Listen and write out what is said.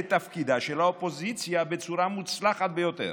את תפקידה של האופוזיציה בצורה מוצלחת ביותר.